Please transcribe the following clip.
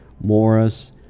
Morris